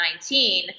2019